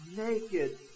naked